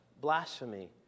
blasphemy